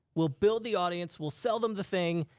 we'll build the audience. we'll sell them the thing.